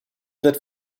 wird